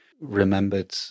remembered